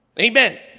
Amen